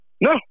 No